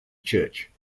church